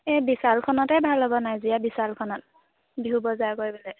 এই বিশালখনতে ভাল হ'ব নাজিৰা বিশালখনত বিহু বজাৰ কৰিবলৈ